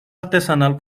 artesanal